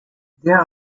there